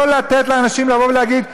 לא לתת לאנשים להגיד,